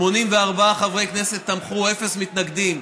84 חברי כנסת תמכו, אפס מתנגדים.